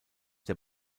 der